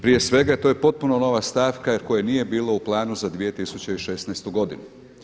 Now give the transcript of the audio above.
Prije svega to je potpuno nova stavka jer koje nije bilo u planu za 2016. godinu.